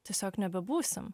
tiesiog nebebūsim